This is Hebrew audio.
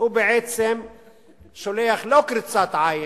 הוא בעצם שולח לא קריצת עין,